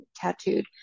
tattooed